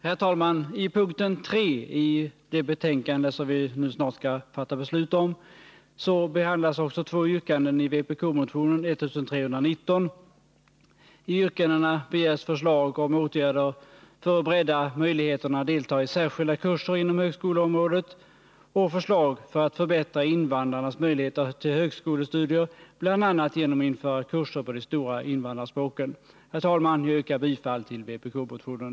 Herr talman! Under punkten 3 i det betänkande som vi nu snart skall fatta beslut om behandlas också två yrkanden i vpk-motionen 1319. I yrkandena begärs förslag om åtgärder för breddande av möjligheterna att delta i särskilda kurser inom högskoleområdet och förslag till förbättring av invandrarnas möjligheter till högskolestudier, bl.a. genom införande av kurser i de stora invandrarspråken. Herr talman! Jag yrkar bifall till vpk-motionen.